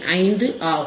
5 ஆகும்